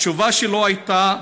התשובה שלו הייתה: